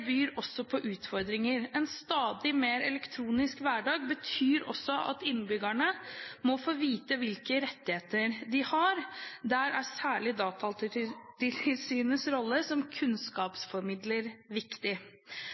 byr også på utfordringer: En stadig mer elektronisk hverdag betyr også at innbyggerne må få vite hvilke rettigheter de har, og da er særlig Datatilsynets rolle som kunnskapsformidler viktig.